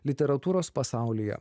literatūros pasaulyje